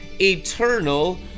eternal